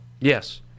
Yes